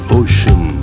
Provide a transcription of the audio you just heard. ocean